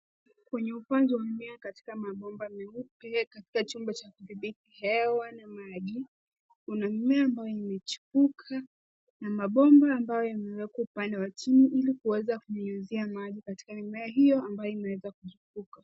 Kwenye upanzi wa mimea katika mabomba meupe katika chumba cha kudhibiti hewa na maji, kuna mimea imechipuka. Na mabomba ambayo yamewekwa upande wa chini ilikuweza kunyunyizia maji katika mimea hiyo ambayo imeweza kuchipuka.